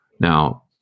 Now